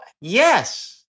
yes